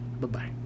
Bye-bye